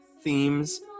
themes